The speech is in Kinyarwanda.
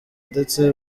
ndetse